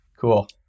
Cool